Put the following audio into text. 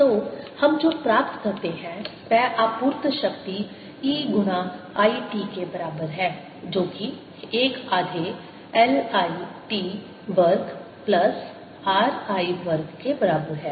तो हम जो प्राप्त करते हैं वह आपूर्त शक्ति E गुणा I t के बराबर है जो कि 1 आधे L I t वर्ग प्लस R I वर्ग के बराबर है